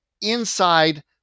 inside